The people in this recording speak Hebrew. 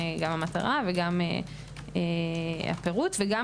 גם המטרה וגם הפירוט וגם